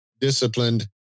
disciplined